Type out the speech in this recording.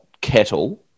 Kettle